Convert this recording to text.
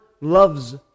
loves